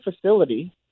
facility